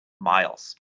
miles